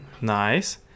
Nice